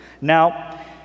Now